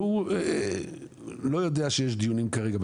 והוא לא יודע שיש דיונים כרגע.